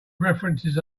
references